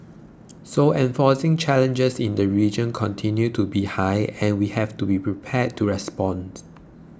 so enforcing challenges in the region continue to be high and we have to be prepared to respond